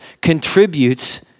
contributes